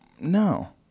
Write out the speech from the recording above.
no